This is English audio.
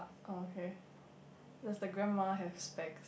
okay does the grandma has specs